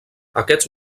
aquests